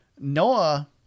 Noah